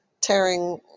tearing